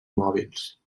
mòbils